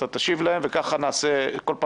אתה תשיב להם וכך כל פעם נעשה שניים-שניים,